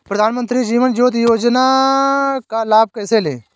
प्रधानमंत्री जीवन ज्योति योजना का लाभ कैसे लें?